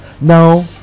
Now